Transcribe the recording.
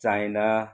China